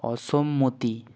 অসম্মতি